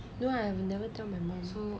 no I have never tell my mum